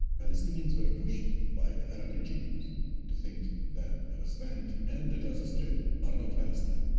palestinians were pushed by the arab regimes to think that the west bank and the gaza strip are not palestine.